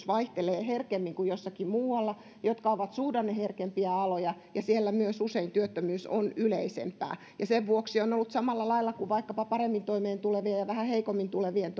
vaihtelevat herkemmin kuin jossakin muualla jotka ovat suhdanneherkempiä aloja ja siellä usein myös työttömyys on yleisempää sen vuoksi on ollut samalla lailla kuin on vaikkapa paremmin toimeentulevien ja vähän heikommin